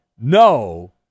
no